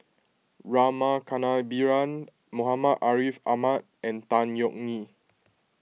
Rama Kannabiran Muhammad Ariff Ahmad and Tan Yeok Nee